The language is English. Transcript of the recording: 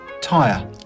Tire